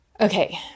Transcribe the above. Okay